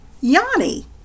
Yanni